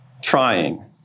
Trying